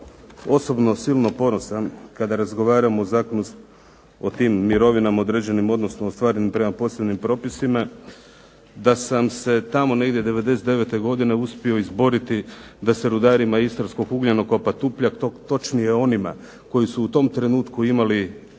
osobno silno ponosan, kada razgovaramo o Zakonu o tim mirovinama određenim, odnosno ostvarenim prema posebnim propisima, da sam se tamo negdje '99. godine uspio izboriti da se rudarima istarskog ugljenokopa Tupljak, točnije onima koji su u tom trenutku imali 15